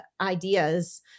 ideas